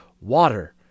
water